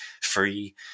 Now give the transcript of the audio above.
free